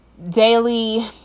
daily